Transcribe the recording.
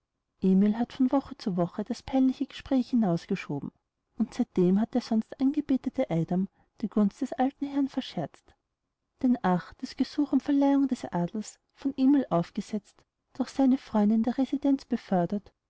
emil hat von woche zu woche das peinliche gespräch hinausgeschoben und seitdem hat der sonst angebetete eidam die gunst des alten herrn verscherzt denn ach das gesuch um verleihung des adels von emil aufgesetzt durch seine freunde in der residenz befördert